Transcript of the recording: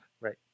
Right